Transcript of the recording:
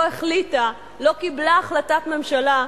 לא החליטה לא קיבלה החלטת ממשלה,